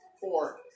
Four